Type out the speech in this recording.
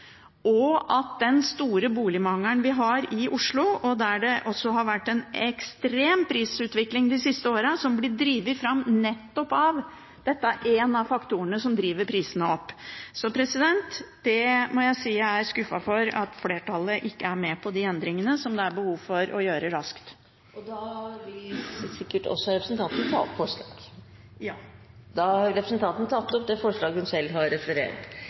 hjem, og den store boligmangelen vi har i Oslo, der det også har vært en ekstrem prisutvikling de siste årene, og der nettopp dette er en av faktorene som driver prisene opp. Jeg må si jeg er skuffet over at flertallet ikke er med på de endringene som det er behov for å gjøre raskt. Jeg tar til slutt opp SVs forslag til saken. Da har representanten Karin Andersen tatt opp de forslagene hun